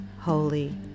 holy